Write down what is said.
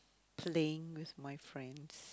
playing with my friends